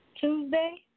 Tuesday